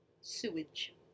Sewage